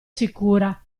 sicura